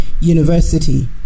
University